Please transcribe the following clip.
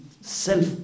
self